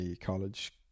college